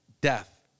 death